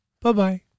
Bye-bye